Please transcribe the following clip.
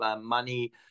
money